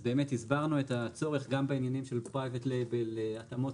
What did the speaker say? אז באמת הסברנו את הצורך גם בעניינים של PRIVATE LABEL התאמות